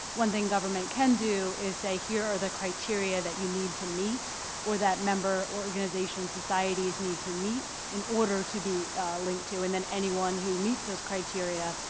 one thing government can do is say, here are the criteria that you need to meet or that member, organizations, societies need to meet in order to be linked to, and then anyone who meets those criteria,